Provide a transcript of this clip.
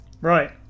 right